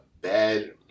bad